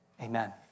Amen